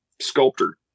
sculptor